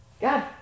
God